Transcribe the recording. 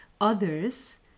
others